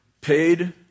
paid